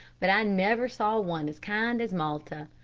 but i never saw one as kind as malta.